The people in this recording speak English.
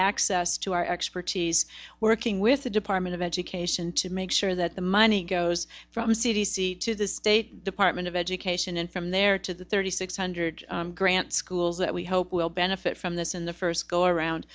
access to our expertise working with the department of education to make sure that the money goes from c d c to the state department of education and from there to the thirty six hundred grant schools that we hope will benefit from this in the first go around